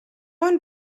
one